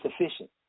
sufficient